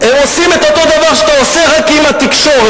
הם עושים את אותו דבר שאתה עושה, רק עם התקשורת.